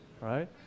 right